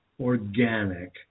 organic